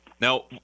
Now